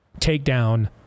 takedown